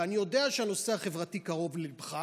ואני יודע שהנושא החברתי קרוב לליבך,